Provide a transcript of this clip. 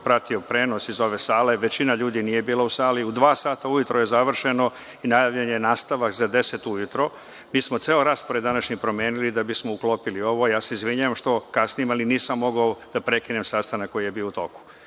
pratio prenos iz ove sale, većina ljudi nije bila u sali. U dva sata ujutru je završeno i najavljen je nastavak za deset ujutru. Mi smo ceo raspored današnji promenili da bismo uklopili ovo. Ja se izvinjavam što kasnim, ali nisam mogao da prekinem sastanak koji je bio u toku. Prema